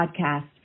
podcast